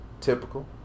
typical